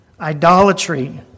idolatry